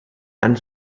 and